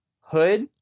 hood